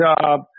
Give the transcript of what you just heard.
job